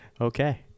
Okay